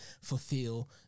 fulfill